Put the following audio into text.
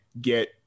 get